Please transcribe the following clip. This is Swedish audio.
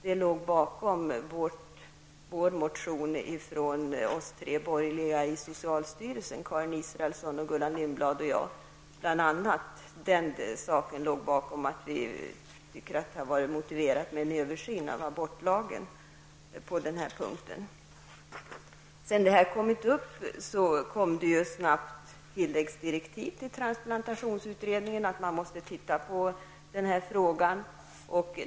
Detta låg bl.a. bakom den motion vi tre borgerliga i socialstyrelsen, Karin Israelsson, Gullan Lindblad och jag, lade fram i riksdagen. Vi tyckte att det hade varit motiverat med en översyn av abortlagen på den här punkten. Sedan frågan kommit upp kom det snabbt tilläggsdirektiv till transplantationsutredningen, att den måste titta på den här frågan.